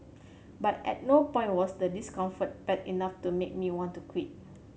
but at no point was the discomfort bad enough to make me want to quit